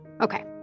Okay